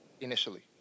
initially